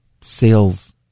sales